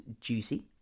juicy